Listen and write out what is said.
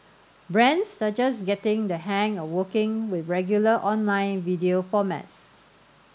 brands are just getting the hang of working with regular online video formats